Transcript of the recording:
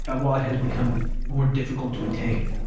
but while it has become more difficult to attain.